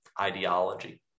ideology